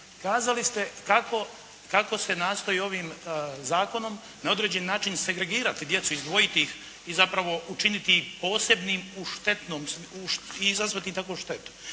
kazali ste kako se nastoji ovim zakonom na određeni način segregirati djecu, izdvojiti ih i, zapravo, učiniti ih posebnim i izazvati tako štetu.